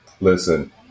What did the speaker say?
Listen